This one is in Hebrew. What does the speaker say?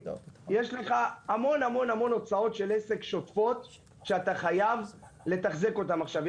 יש לך המון הוצאות שוטפות של עסק שאתה חייב לתחזק.